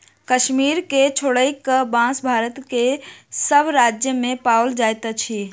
कश्मीर के छोइड़ क, बांस भारत के सभ राज्य मे पाओल जाइत अछि